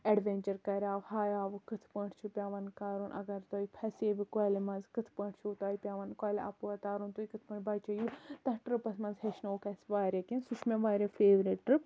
adventure کَریو ہایو کِتھ پٲٹھۍ چھُ پیٚوان کَرُن اگر تُہۍ پھسیوٕ کۄلہِ مَنٛز کِتھ پٲٹھۍ چھو تۄہہِ کۄلہِ اَپور تَرُن تُہۍ کٕتھ پٲٹھۍ بَچییِو تتھ ٹرپَس مَنٛز ہیٚچھنووُکھ اَسہِ واریاہ کینٛہہ سُہ چھُ مےٚ واریاہ فیورِٹ ٹرپ